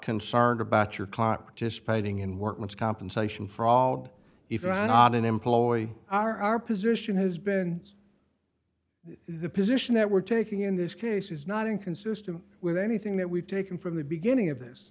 concerned about your clock to speeding in workman's compensation frog if you are not an employee are our position has been the position that we're taking in this case is not inconsistent with anything that we've taken from the beginning of this